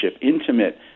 intimate